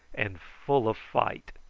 and full of fight.